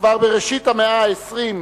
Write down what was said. כבר בראשית המאה ה-20,